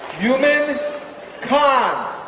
yuman khan,